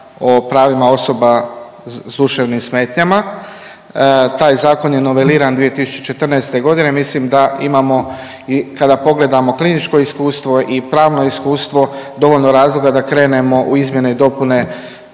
o pravima osoba s duševnim smetnjama, taj zakon je noveliran 2014.g., mislim da imamo i kada pogledamo kliničko iskustvo i pravno iskustvo dovoljno razloga da krenemo u izmjene i dopune